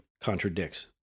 contradicts